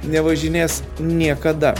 nevažinės niekada